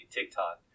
TikTok